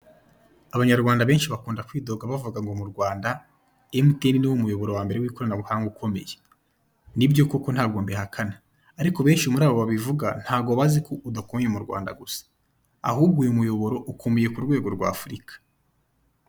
Abanyarwanda benshi bakunda kwidoga bavuga ngo mu Rwanda emutiyeni niwo muyoboro wa mbere w'ikoranabuhanga ukomeye nibyo koko ntago mbihakana, ariko benshi muri abo babivuga ntago bazi ko udakomeye mu Rwanda gusa ahubwo uyu muyoboro ukomeye ku rwego rw'Afurika.